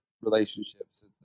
relationships